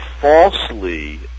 falsely